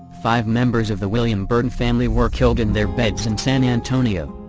five members of the william burton family were killed in their beds in san antonio.